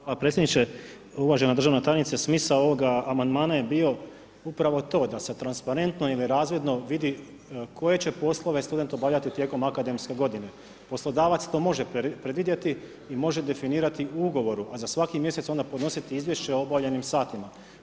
Hvala predsjedniče, uvažena državna tajnice, smisao ovoga amandmana je bio, upravo to da se transparentno ili razvidno vidi, koje će poslove student obavljati tijekom akademske g. Poslodavac to može predvidjeti i može definirati ugovorom, a za svaki mj. podnosit izvješće o obavljenim satima.